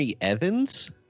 Evans